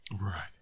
Right